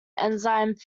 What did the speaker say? enzyme